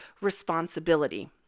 responsibility